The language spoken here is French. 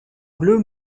bleu